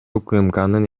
укмкнын